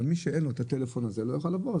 מי שאין לו את הטלפון הזה לא יכול לעבור.